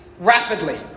rapidly